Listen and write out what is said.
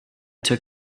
took